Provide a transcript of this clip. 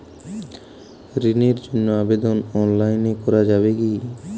ঋণের জন্য আবেদন অনলাইনে করা যাবে কি?